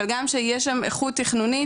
אבל גם שיהיה שם איכות תכנונית,